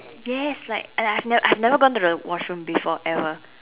yes like and I have never I have never gone to the washroom before ever